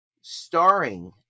Starring